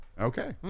okay